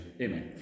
Amen